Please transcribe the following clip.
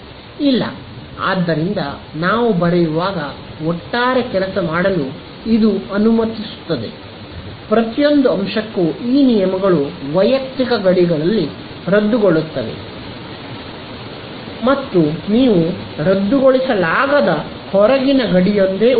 ಇಲ್ಲ ಆದ್ದರಿಂದ ನಾವು ಬರೆಯುವಾಗ ಒಟ್ಟಾರೆ ಕೆಲಸ ಮಾಡಲು ಇದು ಅನುಮತಿಸುತ್ತದೆ ಪ್ರತಿಯೊಂದು ಅಂಶಕ್ಕೂ ಈ ನಿಯಮಗಳು ವೈಯಕ್ತಿಕ ಗಡಿಗಳಲ್ಲಿ ರದ್ದುಗೊಳ್ಳುತ್ತವೆ ಮತ್ತು ನೀವು ರದ್ದುಗೊಳಿಸಲಾಗದ ಹೊರಗಿನ ಗಡಿಯೊಂದೇ ಉಳಿದಿದೆ